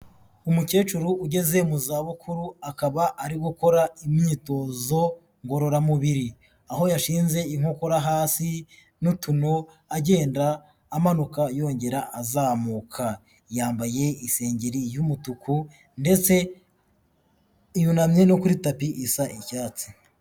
Umukecuru ugeze mu zabukuru akaba ari gukora imyitozo ngororamubiri, aho yashinze inkokora hasi n'utuno agenda amanuka yongera azamuka, yambaye isengeri y'umutuku ndetse yunamye no kuri tapi isa icyatsi.